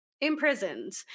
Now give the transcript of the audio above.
imprisoned